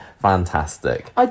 fantastic